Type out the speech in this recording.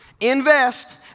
invest